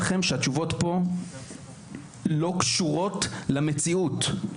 שהתשובות פה לא קשורות למציאות.